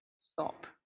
stop